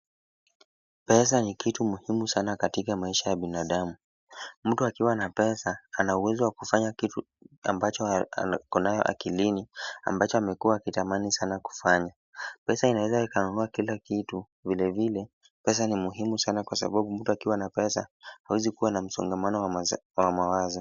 Pesa ni kitu muhimu sana katika maisha ya binadamu. Mtu akiwa na pesa ana uwezo wa kufanya kitu ambacho ako nayo akilini ambacho amekuwa akitamani sana kufanya. Pesa inaweza ikanunua kila kitu. Vilevile pesa ni muhimu sana kwa sababu mtu akiwa na pesa hawezi kuwa na msongamano wa mawazo.